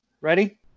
Ready